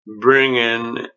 bringing